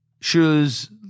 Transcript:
shoes